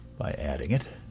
by adding it.